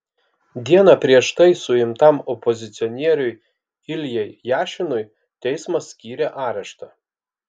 dieną prieš tai suimtam opozicionieriui iljai jašinui teismas skyrė areštą